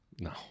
no